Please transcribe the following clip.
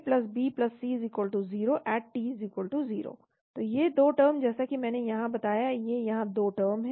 ABC0 at t0 और ये 2 term जैसा कि मैंने यहाँ बताया ये यहाँ 2 टर्म हैं